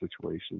situations